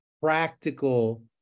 practical